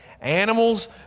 Animals